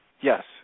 Yes